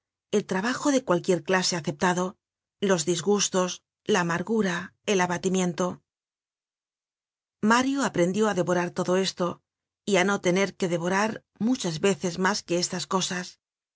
el trabajo de cualquier clase aceptado los disgustos la amargura el abatimiento mario aprendió á devorar todo esto y á no tener que devorar muchas veces mas que estas cosas